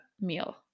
meal